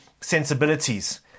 sensibilities